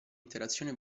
interazione